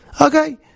Okay